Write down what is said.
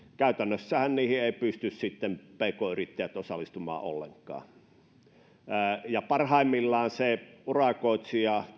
käytännössähän niihin eivät pysty sitten pk yrittäjät osallistumaan ollenkaan parhaimmillaan se urakoitsija